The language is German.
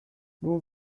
nur